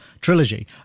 trilogy